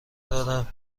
دارم